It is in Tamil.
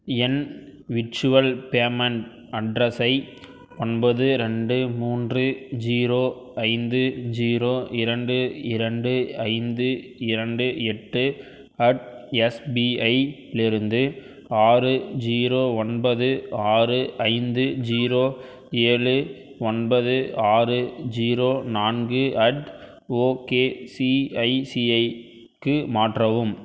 என் விர்ச்சுவல் பேமெண்ட் அட்ரஸை ஒன்பது ரெண்டு மூன்று ஜீரோ ஐந்து ஜீரோ இரண்டு இரண்டு ஐந்து இரண்டு எட்டு அட் எஸ்பிஐலிருந்து ஆறு ஜீரோ ஒன்பது ஆறு ஐந்து ஜீரோ ஏழு ஒன்பது ஆறு ஜீரோ நான்கு அட் ஓகேசிஐசிஐக்கு மாற்றவும்